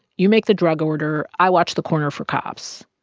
you make the drug order. i watch the corner for cops.